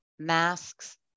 masks